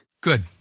Good